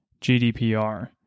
GDPR